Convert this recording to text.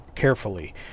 carefully